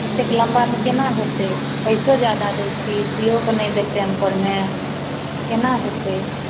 एतेक लम्बामे कोना हेतै पइसो ज्यादा दै छी सीओके नहि देब टाइमपरमे कोना हेतै